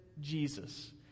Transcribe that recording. Jesus